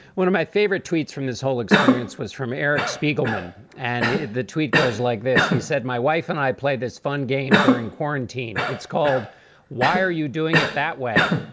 one of my favorite tweets from this whole experience was from eric spiegelman. and the tweet goes like this. he said, my wife and i played this fun game during quarantine. it's called why are you doing it that way?